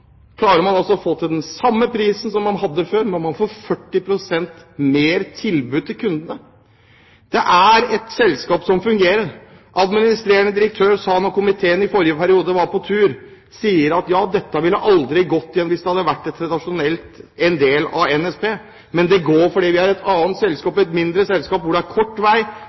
klarer man altså å ha den samme prisen som man hadde før, og man får 40 pst. mer tilbud til kundene. Det er et selskap som fungerer. Administrerende direktør sa, da komiteen i forrige periode var på tur, at dette ville aldri gått hvis det var en del av NSB, men det går fordi man er et annet selskap, et mindre selskap hvor det er kort vei